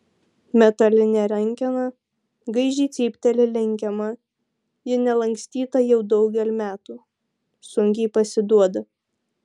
metalinė rankena gaižiai cypteli lenkiama ji nelankstyta jau daugel metų sunkiai pasiduoda